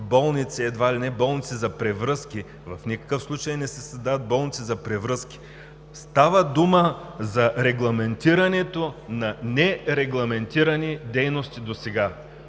едва ли не болници за превръзки – в никакъв случай не се създават болници за превръзки, а става дума за регламентирането на нерегламентирани досега